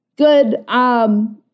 Good